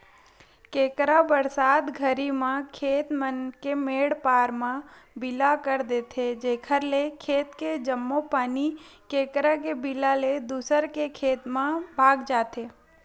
केंकरा बरसात घरी म खेत मन के मेंड पार म बिला कर देथे जेकर ले खेत के जम्मो पानी केंकरा के बिला ले दूसर के खेत म भगा जथे